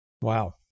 Wow